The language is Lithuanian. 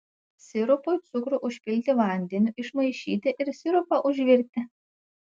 sirupui cukrų užpilti vandeniu išmaišyti ir sirupą užvirti